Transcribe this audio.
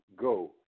go